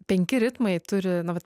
penki ritmai turi na vat